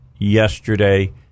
yesterday